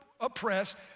oppressed